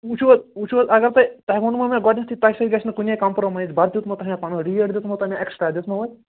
وُچھُو حظ وُچھُو حظ اگر تۄہہِ تۄہہِ ووٚنمَو مےٚ گۄڈٕنیٚتھٕے تۄہہِ سۭتۍ گَژھِ نہٕ کُنے کَمپرٛومٲیِز بتہٕ دیُتمَو تۄہہِ مےٚ پَنُن ریٹ دِژمَو تۄہہِ مےٚ ایٚکٕسٹرٛا دِژمَو حظ